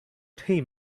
team